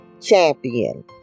champion